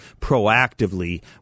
proactively